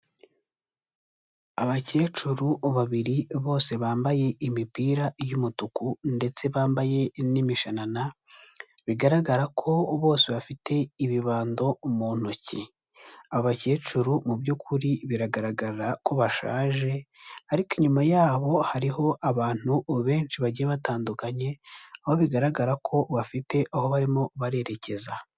Abakecuru babiri bose bambaye imipira y'umutuku ndetse bambaye n'imishanana, bigaragara ko bose bafite ibibando mu ntoki, abakecuru mu by'ukuri biragaragara ko bashaje ariko inyuma yabo hariho abantu benshi bagiye batandukanye aho bigaragara ko bafite aho barimo barerekeza.